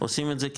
עושים את זה,